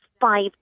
five